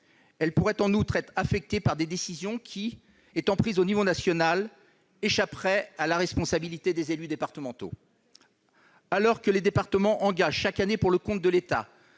Elle pourrait en outre être affectée par des décisions qui, étant prises au niveau national, échapperaient à la responsabilité des élus départementaux. Alors que les départements engagent chaque année pour le compte de l'État